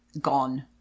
gone